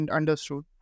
understood